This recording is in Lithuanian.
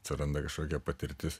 atsiranda kažkokia patirtis